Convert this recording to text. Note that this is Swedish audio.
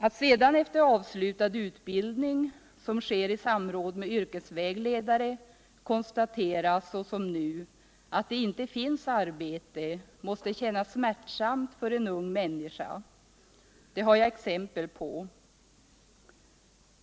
Att sedan efter avslutad utbildning, som sker i samråd med yrkesvägledare, konstatera såsom nu att det inte finns arbete, måste kännas smärtsamt för en ung människa. Det har jag exempel på.